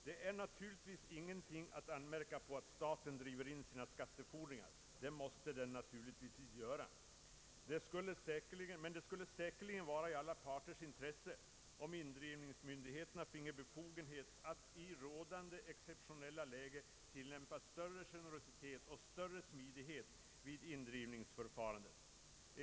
Det är naturligtvis ingenting att anmärka på att staten driver in sina skattefordringar; det måste den naturligtvis göra. Men det skulle säkerligen vara i alla parters intresse om indrivningsmyndigheterna finge befogenhet att i rådande exceptionella läge tillämpa större generositet och större smidighet vid indrivningsförfarandet.